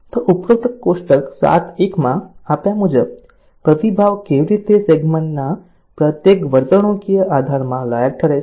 તો ઉપરોક્ત કોષ્ટક 7 1 માં આપ્યા મુજબ પ્રતિભાવ કેવી રીતે સેગ્મેન્ટના પ્રત્યેક વર્તણૂકીય આધારમાં લાયક ઠરે છે